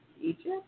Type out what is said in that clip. Egypt